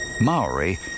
Maori